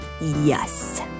Yes